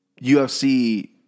UFC